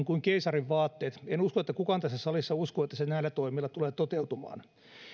kuin keisarin vaatteet en usko että kukaan tässä salissa uskoo että se näillä toimilla tulee toteutumaan